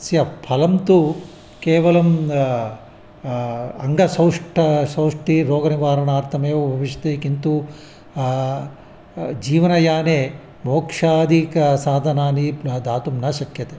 तस्य फलं तु केवलम् अङ्गसौष्ठवं सौष्ठवं रोगनिवारणार्थमेव भविष्यति किन्तु जीवनयाने मोक्षादीकसाधनानि पुनः दातुं न शक्यते